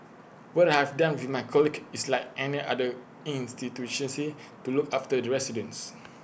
what I've done with my colleagues is like any other to look after the residents